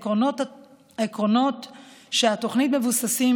עקרונות התוכנית מבוססים,